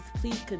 please